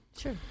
Sure